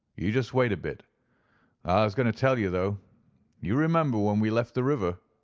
you just wait a bit. i was going to tell you though you remember when we left the river?